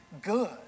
good